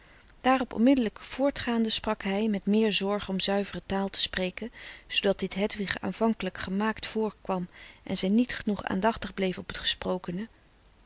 daarop onmiddelijk voortgaande sprak hij met meer zorg om zuivere taal te spreken zoodat dit hedwig aanvankelijk gemaakt voorkwam en zij niet genoeg aandachtig bleef op het gesprokene